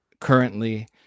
currently